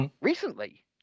Recently